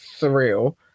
surreal